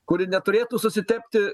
kuri neturėtų susitepti